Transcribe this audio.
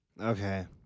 Okay